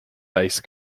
base